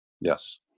Yes